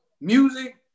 music